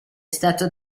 stato